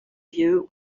you